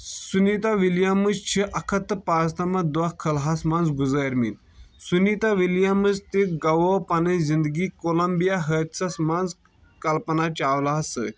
Sunita Williams چھ اکھ ہتھ تہ پانژنمتھ دوہ خلہ ہس منٛز گزٲرۍمتۍ سُنیتا ولیمیز تہ گوٲو پنٕنۍ زندگی کُلمبیا حٲدثس منز کلپنہ چاولہس سۭتۍ